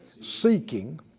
Seeking